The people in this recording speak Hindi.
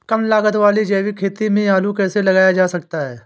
कम लागत वाली जैविक खेती में आलू कैसे लगाया जा सकता है?